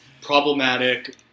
problematic